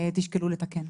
תשקלו לתקן.